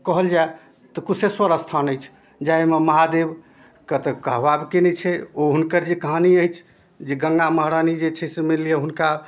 कहल जाए तऽ कुशेश्वर अस्थान अछि जाहिमे महादेवके तऽ कहबाके नहि छै ओ हुनकर जे कहानी अछि जे गङ्गा महरानी जे छै से मानि लिअऽ हुनका